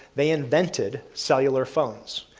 they invented cellular phones.